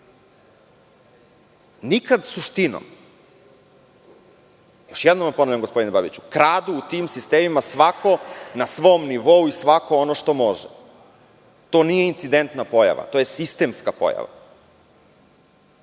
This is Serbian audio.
Nikada suštinomJoš jednom vam ponavljam gospodine Babiću – kradu u tim sistemima svako na svom nivou i svako ono što može. To nije incidentna pojava. To je sistemska pojava.